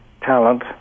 talent